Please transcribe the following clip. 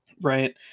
right